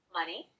money